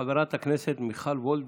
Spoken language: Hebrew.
חברת הכנסת מיכל וולדיגר.